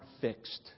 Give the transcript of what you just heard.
fixed